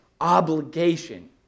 obligation